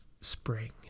spring